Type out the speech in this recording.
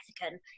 Mexican